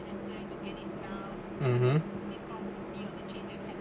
(uh huh)